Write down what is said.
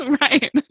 right